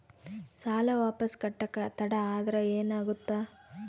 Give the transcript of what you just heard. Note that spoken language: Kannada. ಸಾಲ ವಾಪಸ್ ಕಟ್ಟಕ ತಡ ಆದ್ರ ಏನಾಗುತ್ತ?